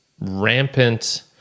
rampant